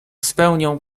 spełnią